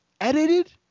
edited